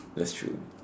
that's true